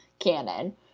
canon